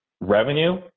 revenue